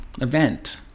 event